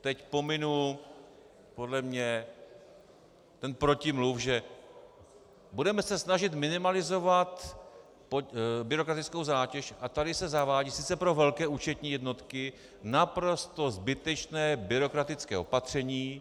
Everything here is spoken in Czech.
Teď pominu podle mne ten protimluv, že budeme se snažit minimalizovat byrokratickou zátěž, a tady se zavádí sice pro velké účetní jednotky naprosto zbytečné byrokratické opatření.